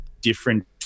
different